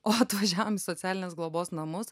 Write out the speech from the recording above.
o atvažiavom į socialinės globos namus